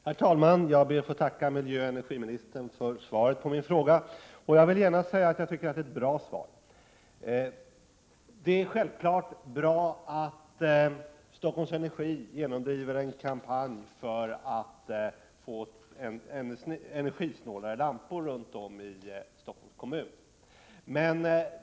Herr talman! Jag ber att få tacka miljöoch energiministern för svaret på min fråga, och jag vill genast säga att jag tycker att det är ett bra svar. Det är självklart bra att Stockholm Energi genomför en kampanj för att få energisnålare lampor runt om i Stockholms kommun.